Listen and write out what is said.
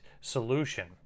solution